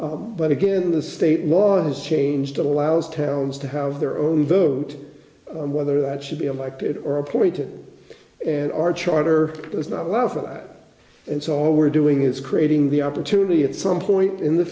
way but again the state law has changed allows towns to have their own vote whether that should be elected or appointed and our charter does not allow for that and so all we're doing is creating the opportunity at some point in the